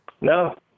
No